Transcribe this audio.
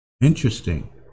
Interesting